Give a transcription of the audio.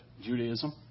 Judaism